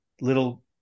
little